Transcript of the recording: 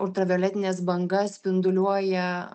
ultravioletines bangas spinduliuoja